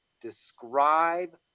describe